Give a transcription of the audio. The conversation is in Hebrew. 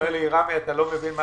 אמר: אתם לא מבינים מה